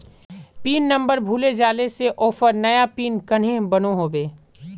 Pin number भूले जाले से ऑफर नया पिन कन्हे बनो होबे?